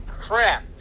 crap